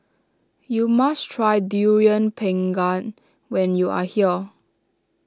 you must try Durian Pengat when you are here